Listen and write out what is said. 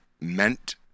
meant